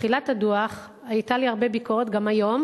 שבתחילה היתה לי ביקורת רבה על הדוח, גם היום,